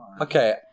Okay